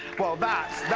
well, that,